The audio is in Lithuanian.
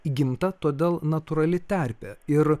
įgimta todėl natūrali terpė ir